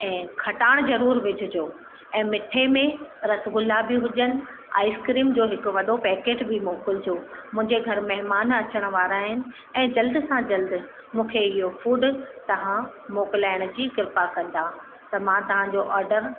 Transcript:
ऐं खटाण ज़रूरु विझिजो ऐं मिठे में रसगुल्ला बि हुजनि आइस्क्रीम जो हिकु वॾो पैकेट बि मोकिलिजो मुंहिंजे घर महिमान अचण वारा आहिनि ऐं जल्द सां जल्द मूंखे इहो फूड तव्हां मोकिलाइण जी कृपा कंदा त मां तव्हांजो ऑडर